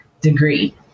degree